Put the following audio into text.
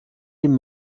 dem